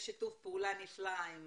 ואני חייבת לציין, יש שיתוף פעולה נפלא עם